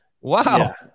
wow